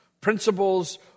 principles